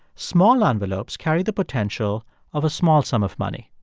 small envelopes carry the potential of a small sum of money.